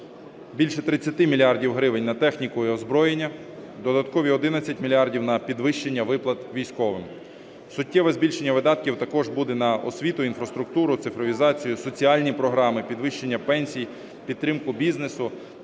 більше 30 мільярдів гривень на техніку і озброєння, додаткові 11 мільярдів на підвищення виплат військовим. Суттєве збільшення видатків також буде на освіту, інфраструктуру, цифровізацію, соціальні програми, підвищення пенсій, підтримку бізнесу.